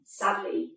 sadly